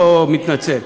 לא מתנצל.